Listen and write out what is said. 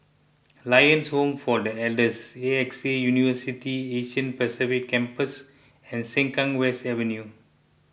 Lions Home for the Elders A X A University Asia Pacific Campus and Sengkang West Avenue